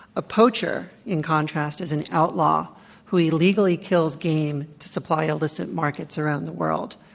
a poacher, in contrast, is an outlaw who illegally kills game to supply illicit markets around the world.